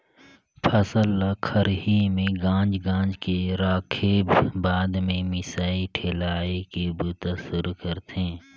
फसल ल खरही में गांज गांज के राखेब बाद में मिसाई ठेलाई के बूता सुरू करथे